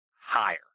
higher